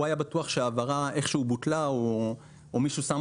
הוא היה בטוח שההעברה איכשהו בוטלה או מישהו שם